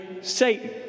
Satan